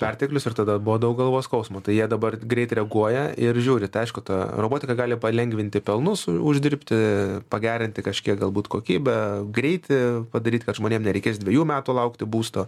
perteklius ir tada buvo daug galvos skausmo tai jie dabar greit reaguoja ir žiūri tai aišku ta robotika gali palengvinti pelnus uždirbti pagerinti kažkiek galbūt kokybę greitį padaryt kad žmonėm nereikės dvejų metų laukti būsto